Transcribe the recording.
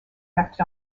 erected